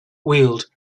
wield